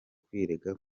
kwirega